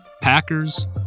Packers